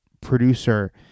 producer